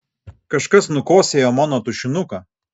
kažkas nukosėjo mano tušinuką